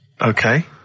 Okay